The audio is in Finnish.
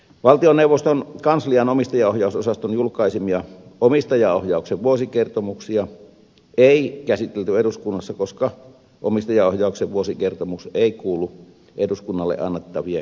valtioneuvoston kanslian omistajaohjausosaston julkaisemia omistajaohjauksen vuosikertomuksia ei käsitelty eduskunnassa koska omistajaohjauksen vuosikertomus ei kuulu eduskunnalle annettavien kertomusten joukkoon